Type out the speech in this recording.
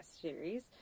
series